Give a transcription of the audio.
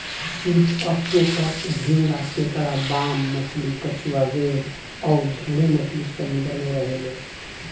सीप, ऑक्टोपस, झींगा, केकड़ा, बाम मछली, कछुआ, व्हेल अउर ढेरे मछली समुंद्र में रहेले